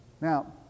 Now